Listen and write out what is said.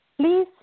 Please